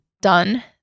done